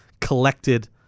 collected